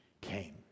came